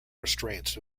restraints